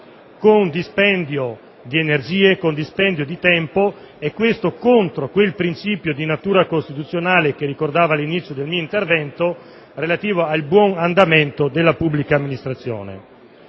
con dispendio di energie e di tempo in attività extragiudiziali e contro quel principio di natura costituzionale - che ricordavo all'inizio del mio intervento - relativo al buon andamento della pubblica amministrazione.